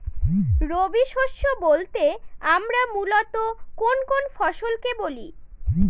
রবি শস্য বলতে আমরা মূলত কোন কোন ফসল কে বলি?